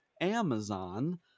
Amazon